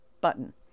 button